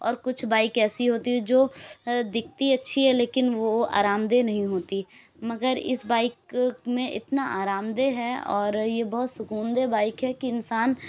اور کچھ بائیک ایسی ہوتی ہے جو دکھتی اچھی ہے لیکن وہ آرام دہ نہیں ہوتی مگر اس بائیک میں اتنا آرام دہ ہے اور یہ بہت سکون دہ بائیک ہے کہ انسان